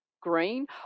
green